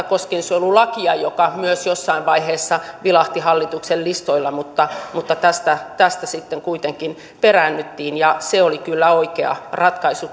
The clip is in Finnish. koskiensuojelulakia joka myös jossain vaiheessa vilahti hallituksen listoilla mutta mutta tästä tästä sitten kuitenkin peräännyttiin ja se oli kyllä oikea ratkaisu